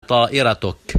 طائرتك